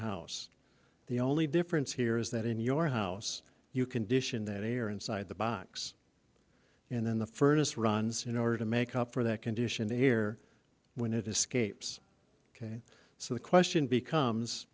house the only difference here is that in your house you condition that air inside the box and then the furnace runs in order to make up for that condition the air when it escapes ok so the question becomes